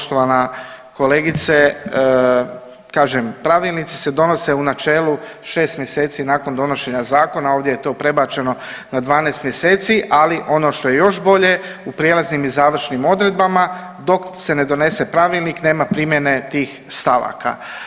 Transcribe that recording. Poštovana kolegice, kažem pravilnici se donose u načelu 6 mjeseci nakon donošenja zakona, ovdje je to prebačeno na 12 mjeseci, ali ono što je još bolje u prijelaznim i završnim odredbama dok se ne donese pravilnik nema primjene tih stavaka.